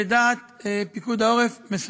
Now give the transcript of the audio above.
לדעת פיקוד העורף, מספק.